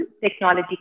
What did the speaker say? technology